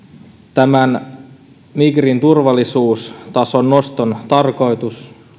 tämän migrin turvallisuustason noston tarkoitus